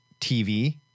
TV